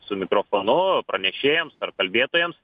su mikrofonu pranešėjams ar kalbėtojams